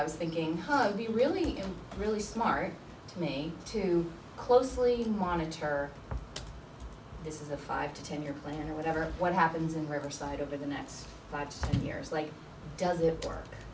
i was thinking hard to be really really smart to me to closely monitor this is a five to ten year plan or whatever what happens in riverside over the next five years like does it work